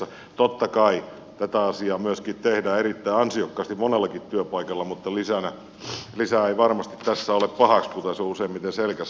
totta kai tätä asiaa myöskin tehdään erittäin ansiokkaasti monellakin työpaikalla mutta lisä ei varmasti tässä ole pahaksi kuten se useimmiten selkäsaunassa on